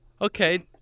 okay